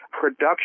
production